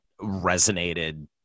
resonated